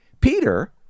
Peter